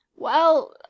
Well